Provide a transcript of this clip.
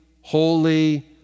holy